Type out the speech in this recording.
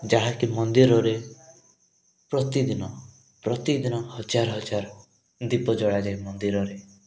ଯାହାକି ମନ୍ଦିରରେ ପ୍ରତିଦିନ ପ୍ରତିଦିନ ହଜାର ହଜାର ଦୀପ ଜଳାଯାଏ ମନ୍ଦିରରେ